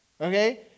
okay